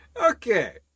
Okay